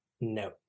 No